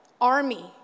army